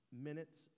Minutes